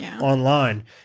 online